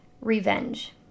revenge